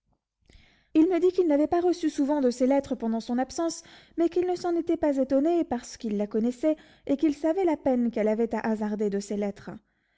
il me dit qu'il n'avait pas reçu souvent de ses lettres pendant son absence mais qu'il ne s'en était pas étonné parce qu'il la connaissait et qu'il savait la peine qu'elle avait à hasarder de ses lettres